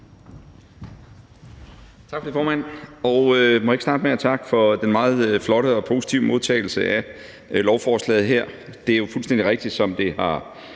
Tak for det, formand. Må jeg ikke starte med at takke for den meget flotte og positive modtagelse af lovforslaget. Det er jo fuldstændig rigtigt, som det er